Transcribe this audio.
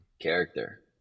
character